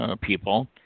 people